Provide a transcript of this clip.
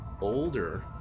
older